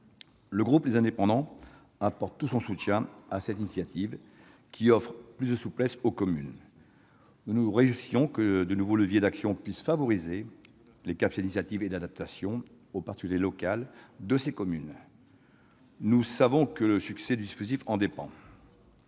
Le groupe Les Indépendants apporte tout son soutien à cette initiative qui offre plus de souplesse aux communes. Nous nous réjouissons que de nouveaux leviers d'action puissent favoriser les capacités d'initiative et d'adaptation aux particularités locales de ces communes. Nous savons que le succès du dispositif en dépend.